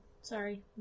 Sorry